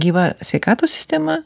gyva sveikatos sistema